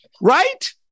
right